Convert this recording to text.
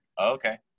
Okay